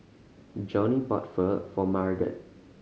Johnnie bought Pho for Marget